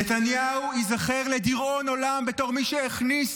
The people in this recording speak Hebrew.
נתניהו ייזכר לדיראון עולם בתור מי שהכניס